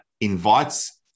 invites